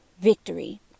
Victory